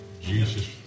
Jesus